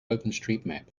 openstreetmap